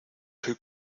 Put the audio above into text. soy